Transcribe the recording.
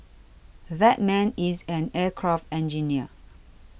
that man is an aircraft engineer